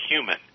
human